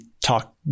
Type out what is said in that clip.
talk